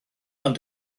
ond